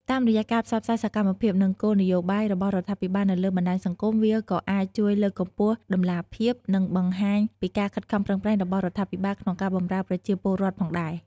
តាមរយៈការផ្សព្វផ្សាយសកម្មភាព និងគោលនយោបាយរបស់រដ្ឋាភិបាលនៅលើបណ្ដាញសង្គម វាក៏អាចជួយលើកកម្ពស់តម្លាភាព និងបង្ហាញពីការខិតខំប្រឹងប្រែងរបស់រដ្ឋាភិបាលក្នុងការបម្រើប្រជាពលរដ្ឋផងដែរ។